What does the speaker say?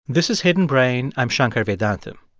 this is hidden brain. i'm shankar vedantam.